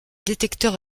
détecteur